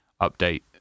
update